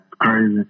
crazy